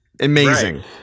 Amazing